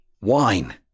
wine